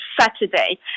Saturday